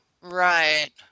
Right